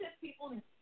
people